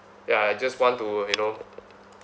ya I just want to you know